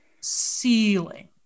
ceiling